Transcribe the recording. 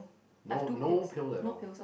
no no pill at all